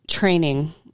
Training